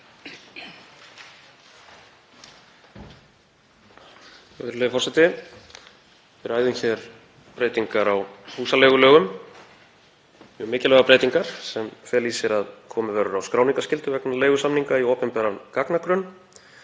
Virðulegur forseti. Við ræðum hér breytingar á húsaleigulögum, mjög mikilvægar breytingar sem fela í sér að komið verði á skráningarskyldu vegna leigusamninga í opinberan gagnagrunn